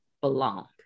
belong